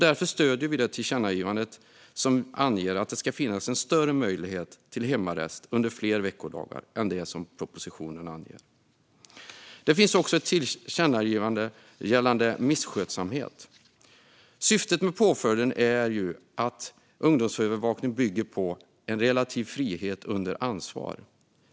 Därför stöder vi det tillkännagivande som anger att det ska finnas en större möjlighet till hemarrest under fler veckodagar än vad propositionen anger. Det finns också ett tillkännagivande gällande misskötsamhet. Påföljden ungdomsövervakning bygger på en relativ frihet under ansvar.